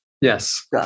yes